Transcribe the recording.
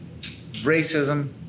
racism